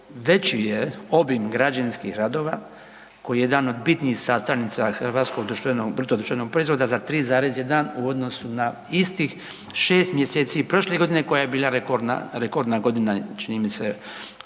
veći je obim građevinskih radova koji je jedan od bitnih sastavnica hrvatskog bruto društvenog proizvoda za 3,1 u odnosu na istih 6 mjeseci prošle godine koja je bila rekordna godina čini mi se